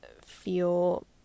feel